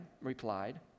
replied